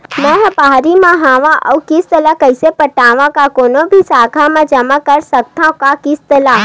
मैं हा बाहिर मा हाव आऊ किस्त ला कइसे पटावव, का कोनो भी शाखा मा जमा कर सकथव का किस्त ला?